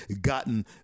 gotten